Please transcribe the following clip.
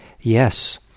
Yes